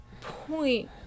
Point